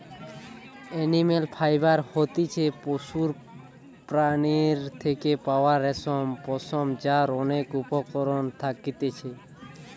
animal fibre হতিছে পশুর প্রাণীর থেকে পাওয়া রেশম, পশম যার অনেক উপকরণ থাকতিছে